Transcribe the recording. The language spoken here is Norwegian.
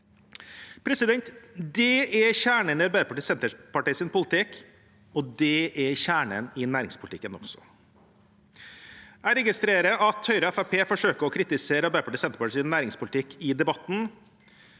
jobben. Det er kjernen i Arbeiderpartiets og Senterpartiets politikk, og det er også kjernen i næringspolitikken. Jeg registrerer at Høyre og Fremskrittspartiet forsøker å kritisere Arbeiderpartiets og Senterpartiets næringspolitikk i debatten.